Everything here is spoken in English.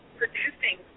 producing